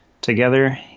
together